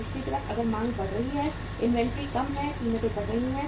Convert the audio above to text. दूसरी तरफ अगर मांग बढ़ रही है इन्वेंट्री कम है कीमतें बढ़ रही हैं